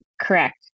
Correct